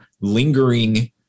lingering